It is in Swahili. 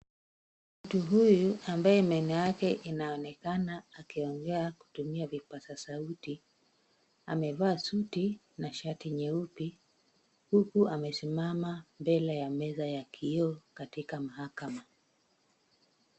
Mtu huyu ambaye meno yake inaonekana akiongea kutumia vipaza sauti, amevaa suti na shati nyeupe huku amesimama mbele ya meza ya kioo katika mahakama.